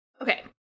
Okay